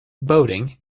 boating